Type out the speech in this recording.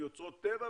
מאוצרות טבע,